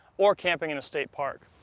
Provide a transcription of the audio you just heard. or camping in a state park,